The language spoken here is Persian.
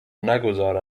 نگذار